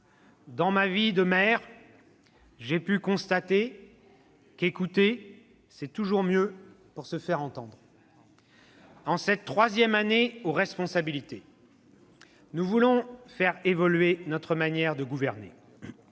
Dans ma vie de maire, j'ai pu constater qu'écouter c'est toujours mieux pour se faire entendre. « En cette troisième année aux responsabilités, nous voulons faire évoluer notre manière de gouverner.